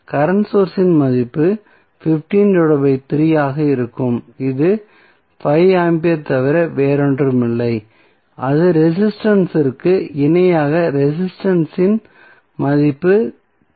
current source மதிப்பு 15 3 ஆக இருக்கும் இது 5 ஆம்பியர் தவிர வேறொன்றுமில்லை ஒரு ரெசிஸ்டன்ஸ் இற்கு இணையாக ரெசிஸ்டன்ஸ் இன் மதிப்பு 3 ஓம் ஆகும்